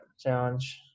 challenge